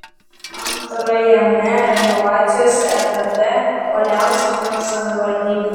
antrajame renovacijos etape uoliausia vilniaus savivaldybė